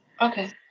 Okay